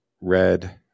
red